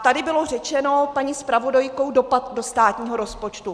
Tady bylo řečeno paní zpravodajkou dopad do státního rozpočtu.